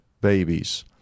babies